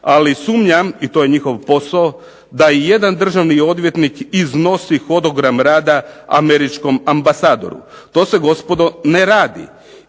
ali sumnjam to je njihov posao da ni jedan državni odvjetnik iznosi hodogram rada američkom ambasadoru. To se gospodo ne radi